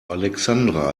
alexandra